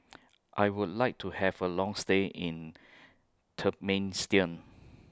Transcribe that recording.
I Would like to Have A Long stay in Turkmenistan